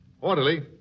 Orderly